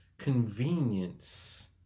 convenience